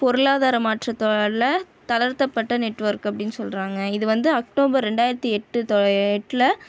பொருளாதார மாற்றத்தை அல்ல தாழர்த்த பட்ட நெட்வொர்க் அப்படினு சொல்கிறாங்க இது வந்து அக்டோபர் ரெண்டாயிரத்தி எட்டில்